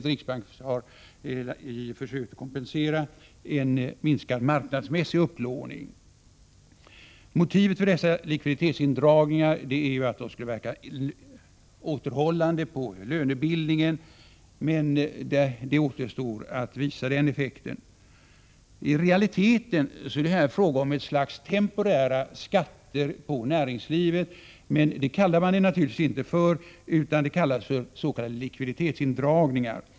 Riksbanken har försökt kompensera en minskad marknadsmässig upplåning. Motivet för dessa likviditetsindragningar är att de skall verka återhållande på lönebildningen, men det återstår att visa den effekten. I realiteten är det här fråga om ett slags temporära skatter på näringslivet, men det kallar man det naturligtvis inte för utan man benämner det likviditetsin dragningar.